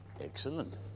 Excellent